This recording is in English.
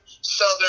Southern